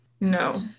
No